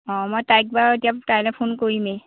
অঁ মই তাইক বাৰু এতিয়া তাইলৈ ফোন কৰিমেই